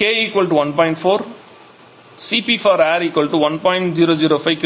k 1